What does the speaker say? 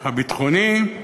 הביטחוני,